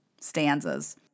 stanzas